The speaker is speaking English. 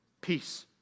Peace